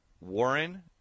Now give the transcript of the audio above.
Warren